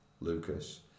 Lucas